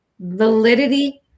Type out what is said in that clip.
validity